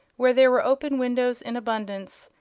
where there were open windows in abundance,